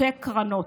שתי קרנות.